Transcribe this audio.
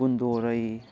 ꯀꯨꯟꯗꯣꯔꯩ